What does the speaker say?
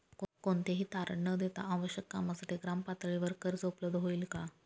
कोणतेही तारण न देता आवश्यक कामासाठी ग्रामपातळीवर कर्ज उपलब्ध होईल का?